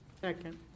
Second